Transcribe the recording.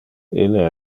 ille